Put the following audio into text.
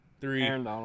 three